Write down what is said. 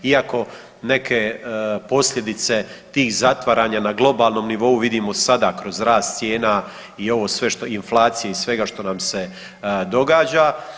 Iako neke posljedice tih zatvaranja na globalnom nivou vidimo sada kroz rast cijena i ovo sve što, inflacije i svega što nam se događa.